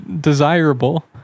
desirable